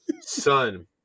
Son